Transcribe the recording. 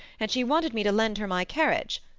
and she wanted me to lend her my carriage.